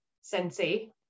sensei